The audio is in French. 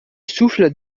souffle